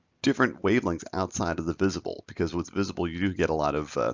different wavelengths outside of the visible. because what's visible you you get a lot of,